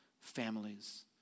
families